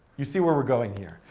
you see where we're going here.